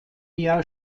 jahr